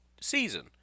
season